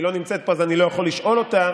היא לא נמצאת פה אז אני לא יכול לשאול אותה,